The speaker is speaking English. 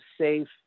safe